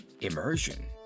immersion